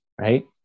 right